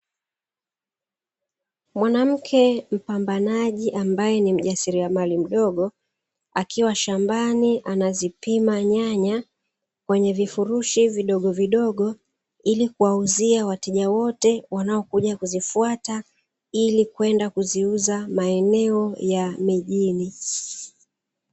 Mwanamke mpambanaji ambaye ni mjasiriamali mdogo, akiwa shambani anazipima nyanya kwenye vifurushi vidogovidogo, ili kuwauzia wateja wote wanao kuja kuzifuata ili kwenda kuziuza maeneo ya mijini.